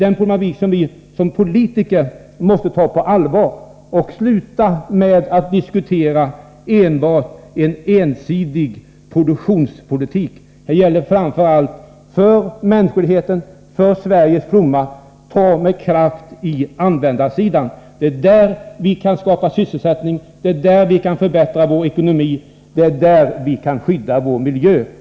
Vi politiker måste ta denna problematik på allvar och sluta diskutera enbart en ensidig produktionspolitik. Det gäller att nu med kraft ta itu med användarsidan. Det är där vi kan skapa sysselsättning, förbättra vår ekonomi och skydda vår miljö.